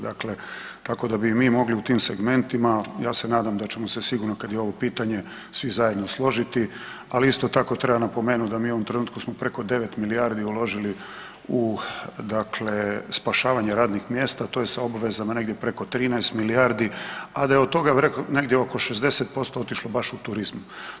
Dakle, tako da bi i mi mogli u tim segmentima, ja se nadam da ćemo se sigurno kad je ovo pitanje svi zajedno složiti, ali isto tako treba napomenuti da mi u ovom trenutku smo preko 9 milijardi uložili u dakle spašavanje radnih mjesta to je sa obavezama negdje preko 13 milijardi, a da je od toga negdje oko 60% otišlo baš u turizmu.